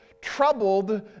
troubled